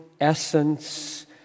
essence